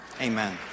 amen